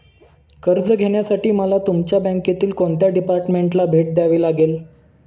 कर्ज घेण्यासाठी मला तुमच्या बँकेतील कोणत्या डिपार्टमेंटला भेट द्यावी लागेल?